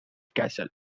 castle